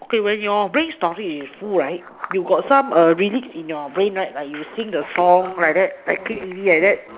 okay when your brain storage is full right you got some err release in your brain right like you sing the song like that like click click click like that